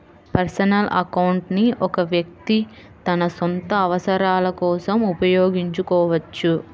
personal account ని ఒక వ్యక్తి తన సొంత అవసరాల కోసం ఉపయోగించుకోవచ్చు